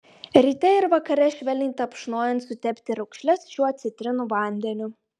ryte ir vakare švelniai tapšnojant sutepti raukšles šiuo citrinų vandeniu